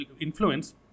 influence